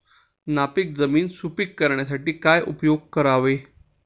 नापीक जमीन सुपीक करण्यासाठी काय उपयोग करावे?